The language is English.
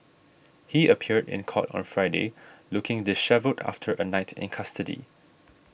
he appeared in court on Friday looking dishevelled after a night in custody